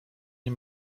nie